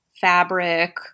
fabric